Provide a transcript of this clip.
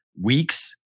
weeks